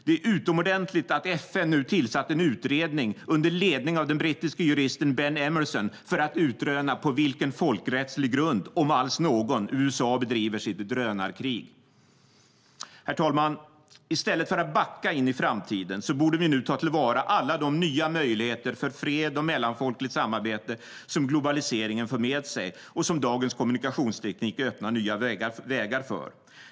Det är utomordentligt att FN nu tillsatt en utredning under ledning av den brittiske juristen Ben Emmerson för att utröna på vilken folkrättslig grund, om alls någon, USA bedriver sitt drönarkrig. Herr talman! I stället för att backa in i framtiden borde vi nu ta till vara alla de nya möjligheter för fred och mellanfolkligt samarbete som globaliseringen för med sig och som dagens kommunikationsteknik öppnar nya vägar för.